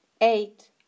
eight